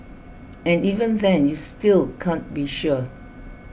and even then you still can't be sure